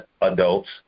adults